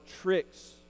tricks